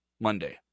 Monday